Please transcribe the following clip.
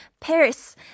Paris